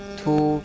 two